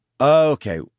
Okay